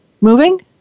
moving